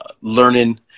learning